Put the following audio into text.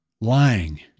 lying